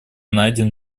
найден